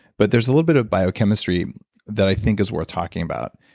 but there's a little bit of biochemistry that i think is worth talking about.